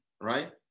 Right